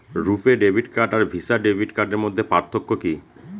রূপে debit card আর Visa debit কার্ডের মধ্যে পার্থক্য কি?